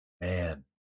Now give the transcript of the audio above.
man